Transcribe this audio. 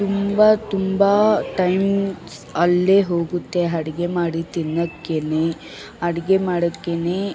ತುಂಬ ತುಂಬ ಟೈಮ್ಸ್ ಅಲ್ಲೇ ಹೋಗುತ್ತೆ ಅಡಿಗೆ ಮಾಡಿ ತಿನ್ನಕ್ಕೇ ಅಡಿಗೆ ಮಾಡಕ್ಕೇ